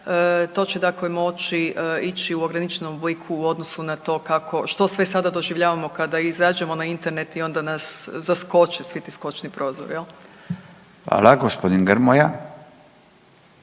to će dakle moći ići u ograničenom obliku u odnosu na to kako, što sve sada doživljavamo kada izađemo na internet i onda nas zaskoči svi ti skočni prozori, je li? **Radin, Furio